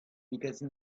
because